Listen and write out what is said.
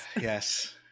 yes